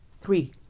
Three